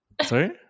Sorry